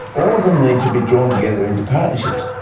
all of them need to be drawn together into partnerships.